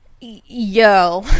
yo